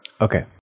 Okay